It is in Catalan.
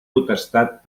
potestat